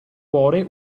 cuore